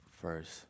First